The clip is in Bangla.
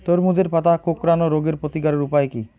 তরমুজের পাতা কোঁকড়ানো রোগের প্রতিকারের উপায় কী?